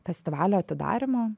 festivalio atidarymo